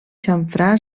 xamfrà